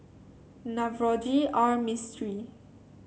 Navroji R Mistri